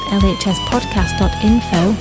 lhspodcast.info